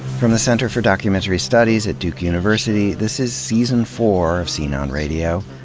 from the center for documentary studies at duke university, this is season four of scene on radio.